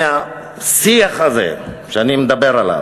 מהשיח הזה שאני מדבר עליו.